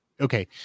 okay